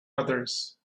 others